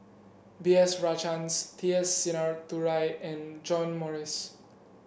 B S Rajhans T S Sinnathuray and John Morrice